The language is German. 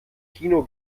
kino